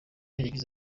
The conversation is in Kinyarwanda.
yagize